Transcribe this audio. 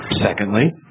Secondly